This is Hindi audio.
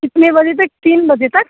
कितने बजे तक तीन बजे तक